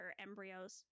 embryos